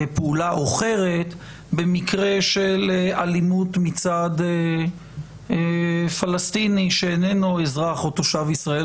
פעולה אחרת במקרה של אלימות מצד פלסטיני שאיננו אזרח או תושב ישראל,